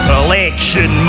election